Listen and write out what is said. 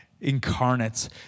incarnates